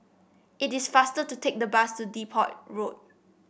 it is faster to take the bus to Depot Road